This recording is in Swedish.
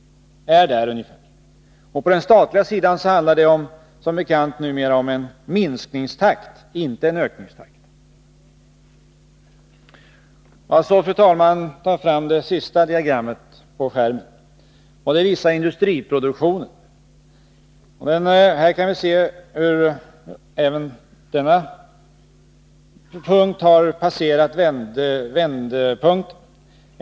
På den statliga sidan handlar det som bekant numera om en minskningstakt, inte en ökningstakt. Även det sista diagrammet, över industriproduktionen, visar att vi passerat vändpunkten.